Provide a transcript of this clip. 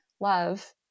love